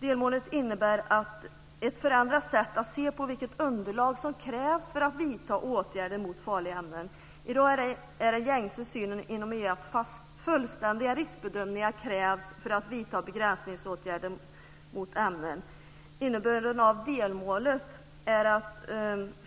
Delmålet innebär ett förändrat sätt att se på frågan om vilket underlag som krävs för att vidta åtgärder mot farliga ämnen. I dag är den gängse synen inom EU att fullständiga riskbedömningar krävs för att vidta begränsningsåtgärder mot ämnen. Innebörden av delmålet är att